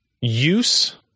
use